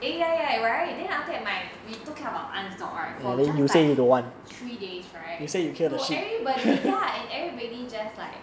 eh ya ya ya right then after that my we took care of our aunt dog right for just like three days right no everybody ya and everybody just like